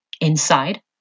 inside